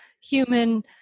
human